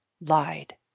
lied